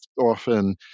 often